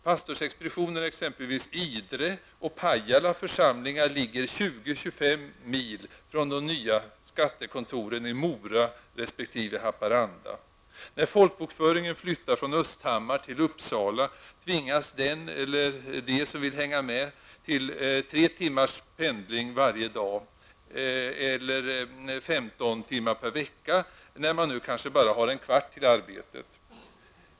Pastorsexpeditionerna i exempelvis Idre och Pajala församlingar ligger 20--25 mil från de nya skattekontoren i Mora resp. Haparanda. När folkbokföringen flyttar från Östhammar till Uppsala tvingas den eller de som vill hänga med till tre timmars pendling varje dag eller femton timmar per vecka, när man nu kanske bara har en kvart till arbetet.